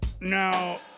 Now